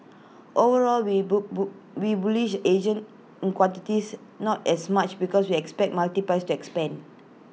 overall we boo boo we bullish Asian in quantities not as much because we expect multiples to expand